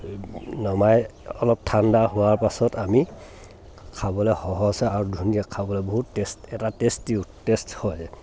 নমাই অলপ ঠাণ্ডা হোৱাৰ পাছত আমি খাবলৈ সহজ হয় আৰু ধুনীয়া খাবলৈ বহুত টেষ্ট এটা টেষ্টি টেষ্ট হয়